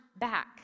back